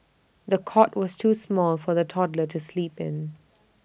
the cot was too small for the toddler to sleep in